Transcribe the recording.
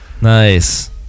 Nice